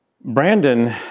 Brandon